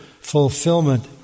fulfillment